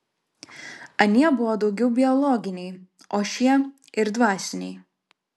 anie buvo daugiau biologiniai o šie ir dvasiniai